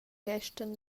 restan